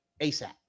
ASAP